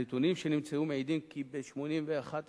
הנתונים שנמצאו מעידים כי ב-81%